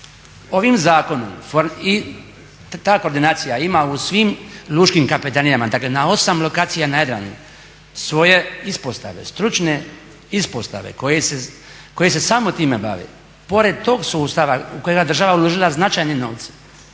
Ovim zakonom, i ta koordinacija ima u svim lučkim kapetanijama, dakle na 8 lokacija na Jadranu svoje ispostave, stručne ispostave koje se samo time bave. Pored tog sustava u kojega je država uložila značajne novce